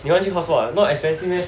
你换去用 hotspot ah not expensive meh